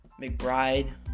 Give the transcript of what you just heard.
McBride